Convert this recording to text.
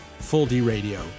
FullDRadio